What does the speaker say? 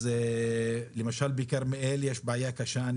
למשל בכרמיאל יש בעיה קשה,